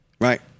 Right